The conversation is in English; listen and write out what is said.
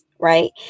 right